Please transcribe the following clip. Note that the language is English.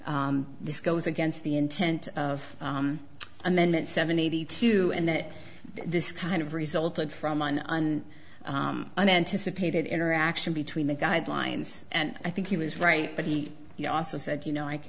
this goes against the intent of amendment seven eighty two and that this kind of resulted from on unanticipated interaction between the guidelines and i think he was right but he also said you know like